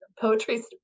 poetry